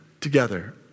together